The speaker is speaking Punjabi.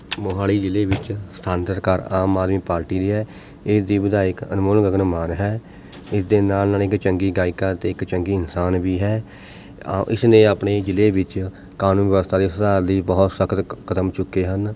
ਮੋੋਹਾਲੀ ਜ਼ਿਲ੍ਹੇ ਵਿੱਚ ਸਥਾਨਕ ਸਰਕਾਰ ਆਮ ਆਦਮੀ ਪਾਰਟੀ ਦੀ ਹੈ ਇਸ ਦੀ ਵਿਧਾਇਕ ਅਨਮੋਲ ਗਗਨ ਮਾਨ ਹੈ ਇਸ ਦੇ ਨਾਲ਼ ਨਾਲ਼ ਇੱਕ ਚੰਗੀ ਗਾਇਕਾ ਅਤੇ ਇੱਕ ਚੰਗੀ ਇਨਸਾਨ ਵੀ ਹੈ ਇਸਨੇ ਆਪਣੇ ਜ਼ਿਲ੍ਹੇ ਵਿੱਚ ਕਾਨੂੰਨ ਵਿਵਸਥਾ ਦੇ ਸੁਧਾਰ ਲਈ ਬਹੁਤ ਸਖ਼ਤ ਕਦਮ ਚੁੱਕੇ ਹਨ